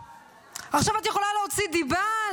עכשיו את יכולה להוציא דיבה,